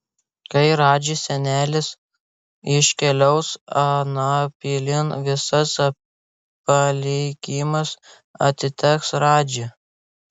kai radži senelis iškeliaus anapilin visas palikimas atiteks radži